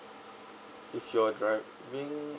if you're driving